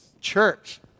church